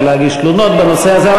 ואפשר להגיש תלונות בנושא הזה.